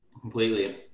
Completely